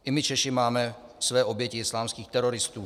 I my Češi máme své oběti islámských teroristů.